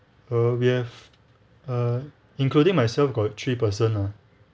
err we have err including myself got three person ah